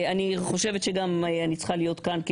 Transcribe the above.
אני חושבת שאני גם צריכה להיות כאן כי